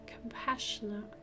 compassionate